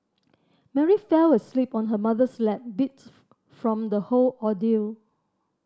Mary fell asleep on her mother's lap beat from the whole ordeal